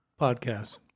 podcast